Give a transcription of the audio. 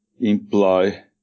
Imply